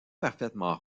parfaitement